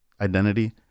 identity